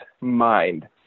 mind